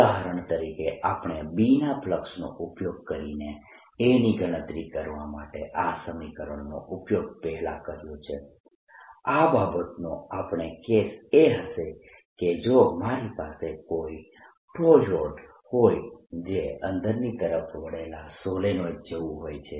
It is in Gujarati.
ઉદાહરણ તરીકે આપણે B ના ફ્લક્સનો ઉપયોગ કરીને A ની ગણતરી માટે આ સમીકરણનો ઉપયોગ પહેલા કર્યો છે આ બાબતનો આપણો કેસ એ હશે કે જો મારી પાસે કોઈ ટોરોઇડ હોય જે અંદરની તરફ વળેલા સોલેનોઇડ જેવું હોય છે